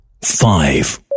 Five